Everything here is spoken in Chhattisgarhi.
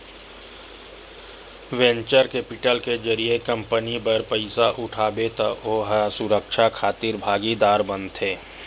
वेंचर केपिटल के जरिए कंपनी बर पइसा उठाबे त ओ ह सुरक्छा खातिर भागीदार बनथे